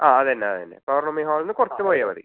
ആ അതന്നെ അതന്നെ പൗർണമി ഹാളിന്ന് കുറച്ച് പോയാൽ മതി